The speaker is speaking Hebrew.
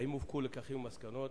3. האם הופקו הלקחים והמסקנות?